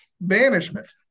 banishment